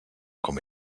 com